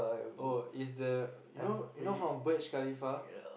oh it's the you know you know from Burj-Khalifah